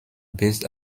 based